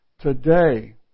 Today